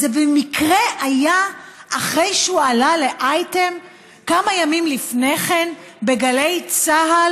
זה במקרה היה אחרי שהוא עלה לאייטם כמה ימים לפני כן בגלי צה"ל,